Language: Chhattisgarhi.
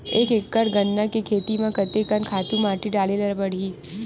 एक एकड़ गन्ना के खेती म कते कन खातु माटी डाले ल पड़ही?